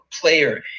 player